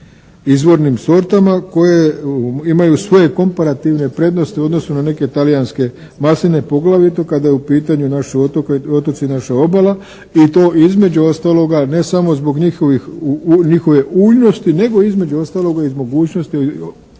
izvornim sortama koje imaju svoje komparativne prednosti u odnosu na neke talijanske masline. Poglavito kada je u pitanju naši otoci i naša obala i to između ostaloga ne samo zbog njihove uljnosti nego između ostaloga i zbog mogućnosti